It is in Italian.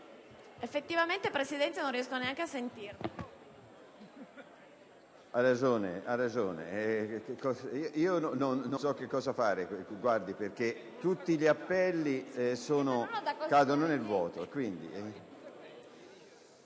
Effettivamente, Presidente, non riesco neanche a sentirmi. PRESIDENTE. Ha ragione, senatrice, io non so che cosa fare, perché tutti gli appelli cadono nel vuoto.